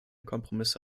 kompromisse